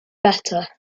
better